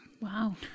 Wow